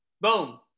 Boom